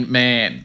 man